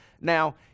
Now